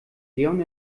leon